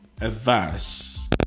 advice